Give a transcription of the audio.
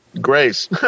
grace